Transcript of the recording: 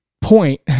point